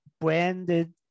branded